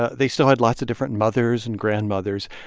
ah they still had lots of different mothers and grandmothers.